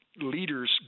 leaders